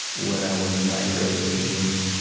when i was in my early teens,